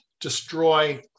destroy